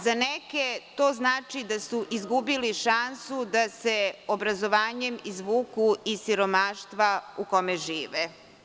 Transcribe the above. Za neke to znači da su izgubili šansu da se obrazovanjem izvuku iz siromaštva u kome žive.